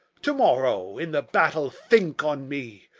to-morrow in the battle think on me,